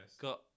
Got